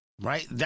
Right